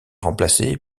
remplacée